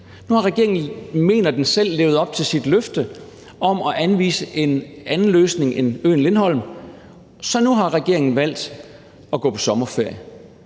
nu har regeringen, mener den selv, levet op til sit løfte om at anvise en anden løsning end øen Lindholm. Så nu har regeringen valgt at gå på sommerferie